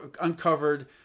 uncovered